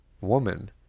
Woman